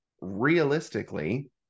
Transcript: realistically